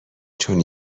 چون